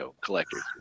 collectors